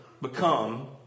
become